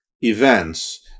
events